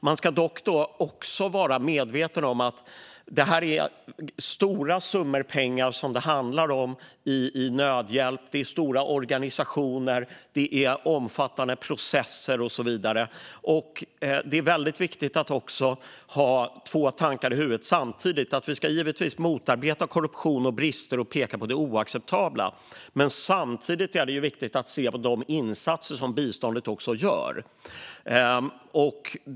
Man ska dock vara medveten om att det handlar om stora summor pengar till nödhjälp i stora organisationer. Det är omfattande processer och så vidare. Det är också väldigt viktigt att hålla två tankar i huvudet samtidigt: Givetvis ska vi motarbeta korruption och brister och peka på det oacceptabla. Samtidigt är det viktigt att se de insatser som biståndet gör.